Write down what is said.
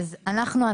אנחנו,